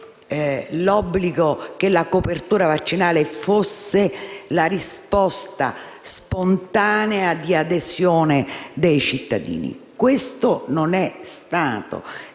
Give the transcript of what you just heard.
voluto che la copertura vaccinale fosse la risposta spontanea di adesione dei cittadini. Non è stato